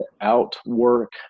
outwork